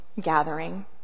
gathering